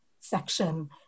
section